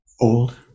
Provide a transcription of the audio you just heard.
old